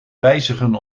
wijzigen